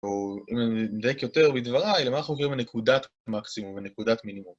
או אם אני אדייק יותר בדבריי, למה אנחנו קוראים נקודת מקסימום ונקודת מינימום